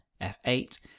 f8